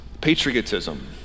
Patriotism